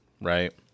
right